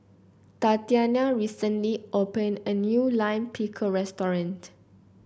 Tatiana recently opened a new Lime Pickle restaurant